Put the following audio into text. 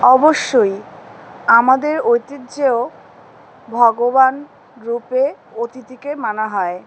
অবশ্যই আমাদের ঐতিহ্যও ভগবান রূপে অতিথিকে মানা হয়